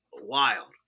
wild